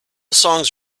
songs